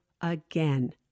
again